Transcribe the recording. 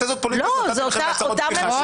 בגלל זה נתתי לכם הצהרות פתיחה.